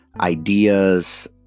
ideas